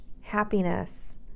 happiness